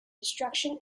destruction